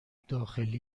داخلی